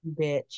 Bitch